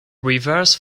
reverse